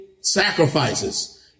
sacrifices